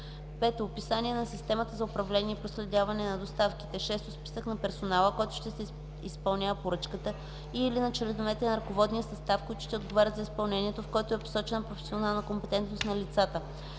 5. описание на системата за управление и проследяване на доставките; 6. списък на персонала, който ще изпълнява поръчката и/или на членовете на ръководния състав, които ще отговарят за изпълнението, в който е посочена професионална компетентност на лицата;